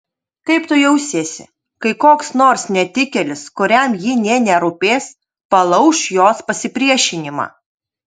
kaip tu jausiesi kai koks nors netikėlis kuriam ji nė nerūpės palauš jos pasipriešinimą